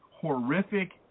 Horrific